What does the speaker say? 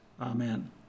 amen